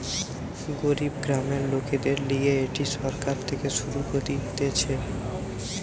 গরিব গ্রামের লোকদের লিগে এটি সরকার থেকে শুরু করতিছে